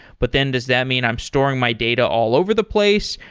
but then does that mean i'm storing my data all over the place?